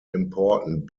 important